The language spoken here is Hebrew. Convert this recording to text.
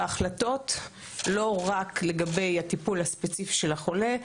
בהחלטות לא רק לגבי הטיפול הספציפי של החולה,